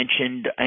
mentioned